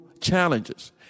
challenges